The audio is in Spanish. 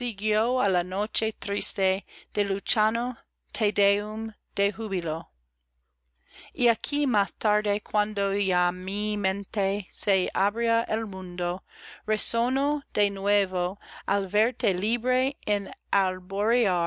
á la noche triste de luchana tedeum de júbilo y aquí más tarde cuando ya mi mente se abría al mundo resonó de nuevo